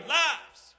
lives